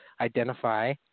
identify